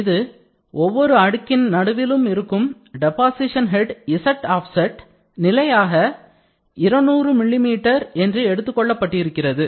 இதில் ஒவ்வொரு அடுக்கிலும் நடுவில் இருக்கும் deposition head z offset நிலையாக 200 மில்லி மீட்டர் என்று எடுத்துக் கொள்ளப்பட்டிருக்கிறது